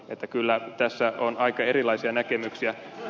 että kyllä tässä on aika erilaisia näkemyksiä